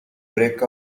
break